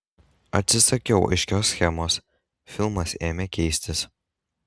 atsisakiau aiškios schemos filmas ėmė keistis